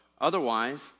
otherwise